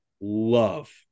love